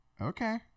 okay